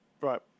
Right